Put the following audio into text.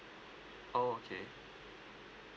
oh okay